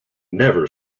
never